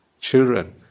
children